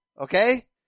Okay